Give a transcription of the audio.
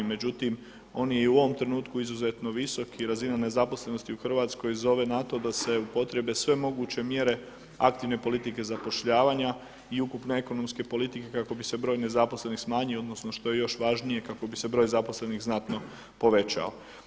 Međutim, on je i u ovom trenutku izuzetno visok i razina nezaposlenosti u Hrvatskoj zove na to da se upotrijebe sve moguće mjere aktivne politike zapošljavanja i ukupne ekonomske politike kako bi se broj nezaposlenih smanjio, odnosno što je još važnije kako bi se broj zaposlenih znatno povećao.